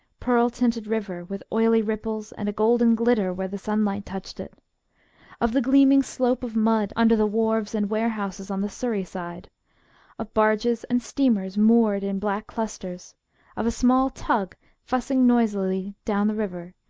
pearl-tinted river, with oily ripples and a golden glitter where the sunlight touched it of the gleaming slope of mud under the wharves and warehouses on the surrey side of barges and steamers moored in black clusters of a small tug fussing noisily down the river,